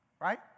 right